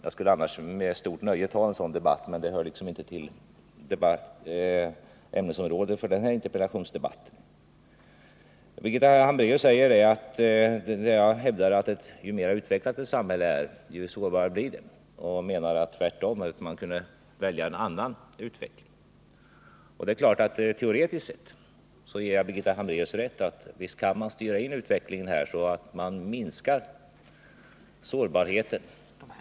Jag skulle annars med stort nöje ta en sådan debatt, men det hör inte till ämnesområdet för den här interpellationsdebatten. Jag hävdade att ju mera utvecklat ett samhälle är, desto sårbarare är det. Birgitta Hambraeus menade att det var tvärtom: Man har då möjlighet att 95 betydelse för försvaret välja en annan utveckling. Teoretiskt sett ger jag Birgitta Hambraeus rätt — visst kan man styra utvecklingen så att man minskar sårbarheten.